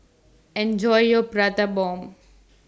Enjoy your Prata Bomb